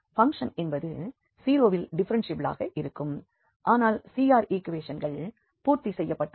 function என்பது 0 வில் டிஃப்ஃபெரென்ஷியபிளாக இருக்கும் ஆனால் CR ஈக்குவேஷன்கள் பூர்த்தி செய்யப்பட்டுள்ளன